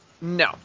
No